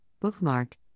Bookmark